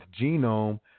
genome